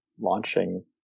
launching